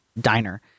diner